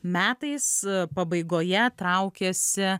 metais pabaigoje traukėsi